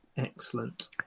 Excellent